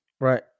right